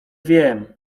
wiem